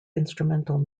instrumental